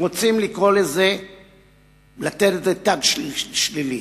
כי רוצים לתת לזה תג שלילי.